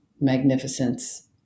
magnificence